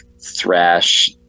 thrash